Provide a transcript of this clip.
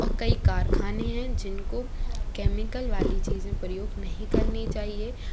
औ कई कारख़ाने हैं जिनको कैमिकल वाली चीज़ें प्रयोग नही करनी चाहिए